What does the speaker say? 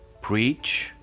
Preach